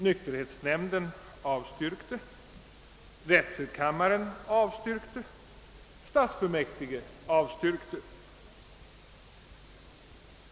Nykterhetsnämnden, drätselkammaren och stadsfullmäktige avstyrkte.